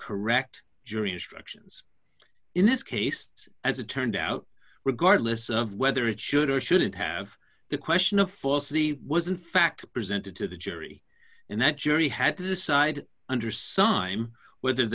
correct jury instructions in this case as it turned out regardless of whether it should or shouldn't have the question of falsity was in fact presented to the jury and that jury had to decide